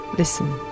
Listen